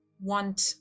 want